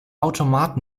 automat